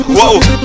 Whoa